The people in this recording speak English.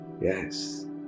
Yes